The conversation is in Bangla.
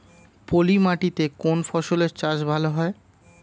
পলি মাটিতে কোন ফসলের চাষ ভালো হয়?